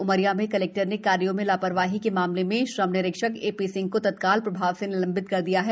उमरिया में कलेक्टर ने कार्यो में ला रवाही के मामले में श्रम निरीक्षक ए पी सिंह को तत्काल प्रभाव से निलंबित कर दिया है